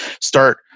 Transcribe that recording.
start